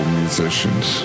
musicians